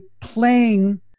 playing